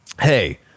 Hey